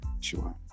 Sure